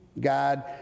God